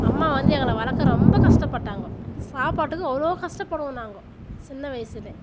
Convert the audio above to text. அம்மா வந்து எங்களை வளர்க்க ரொம்ப கஷ்டப்பட்டாங்கோ சாப்பாட்டுக்கு அவ்வளோ கஷ்டப்படுவோம் நாங்க சின்ன வயதிலே